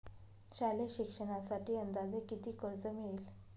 शालेय शिक्षणासाठी अंदाजे किती कर्ज मिळेल?